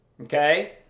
Okay